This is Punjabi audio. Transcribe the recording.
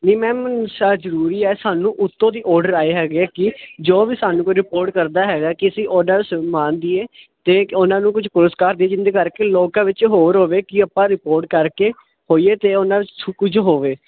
ਨੀ ਮੈਮ ਸ਼ਾਹ ਜਰੂਰੀ ਹ ਸਾਨੂੰ ਉਤੋਂ ਦੀ ਓਡਰ ਆਏ ਹੈਗੇ ਕਿ ਜੋ ਵੀ ਸਾਨੂੰ ਕੋਈ ਰਿਪੋਰਟ ਕਰਦਾ ਹੈਗਾ ਕਿ ਅਸੀਂ ਆਰਡਰ ਸਨਮਾਨ ਦੀਏ ਤੇ ਉਹਨਾਂ ਨੂੰ ਕੁਝ ਪੁਰਸਕਾਰ ਦੀਏ ਜਿਹਦੇ ਕਰਕੇ ਲੋਕਾ ਵਿੱਚ ਹੋਰ ਹੋਵੇ ਕਿ ਆਪਾਂ ਰਿਪੋਰਟ ਕਰਕੇ ਹੋਈਏ ਤੇ ਉਹਨਾਂ ਕੁਝ ਹੋਵੇ